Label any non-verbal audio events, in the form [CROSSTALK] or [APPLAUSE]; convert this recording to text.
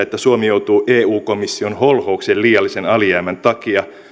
[UNINTELLIGIBLE] että suomi joutuu eu komission holhoukseen liiallisen alijäämän takia